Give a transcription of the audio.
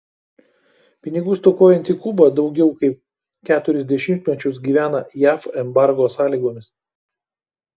pinigų stokojanti kuba daugiau kaip keturis dešimtmečius gyvena jav embargo sąlygomis